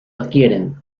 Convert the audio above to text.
adquieren